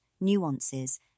nuances